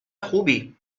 خوبی